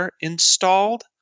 installed